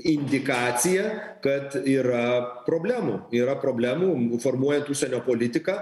indikacija kad yra problemų yra problemų formuojant užsienio politiką